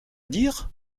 dire